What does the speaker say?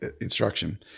instruction